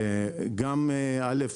גם א',